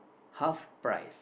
half price